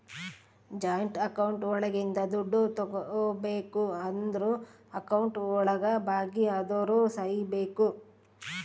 joint account ಒಳಗಿಂದ ದುಡ್ಡು ತಗೋಬೇಕು ಅಂದ್ರು ಅಕೌಂಟ್ ಒಳಗ ಭಾಗಿ ಅದೋರ್ ಸಹಿ ಬೇಕು